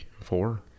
four